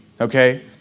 okay